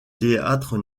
théâtre